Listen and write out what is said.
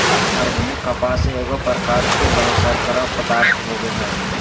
कार्बनिक कपास एगो प्रकार के बहुशर्करा पदार्थ होबो हइ